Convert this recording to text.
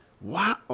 Wow